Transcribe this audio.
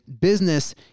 business